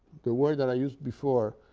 the word that i used before,